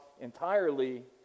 entirely